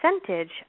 percentage